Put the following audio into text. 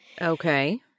Okay